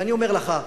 ואני אומר לך,